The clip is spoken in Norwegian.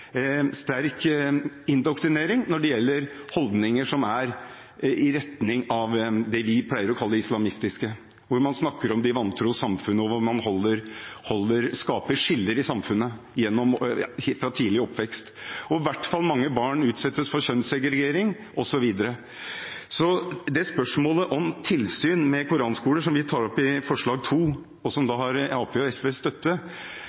sterk indoktrinering når det gjelder holdninger som er i retning av det vi pleier å kalle islamistiske, hvor man snakker om de vantro samfunn, og hvor man skaper skiller i samfunnet fra tidlig oppvekst, og i hvert fall mange barn utsettes for kjønnssegregering osv. Så spørsmålet om tilsyn med koranskoler, som vi tar opp i forslag nr. 2, og som har Arbeiderpartiets og SVs støtte,